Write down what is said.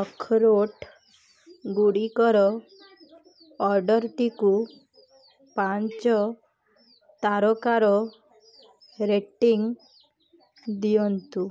ଅଖରୋଟ୍ ଗୁଡ଼ିକର ଅର୍ଡ଼ର୍ଟିକୁ ପାଞ୍ଚ ତାରକାର ରେଟିଙ୍ଗ ଦିଅନ୍ତୁ